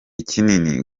kinini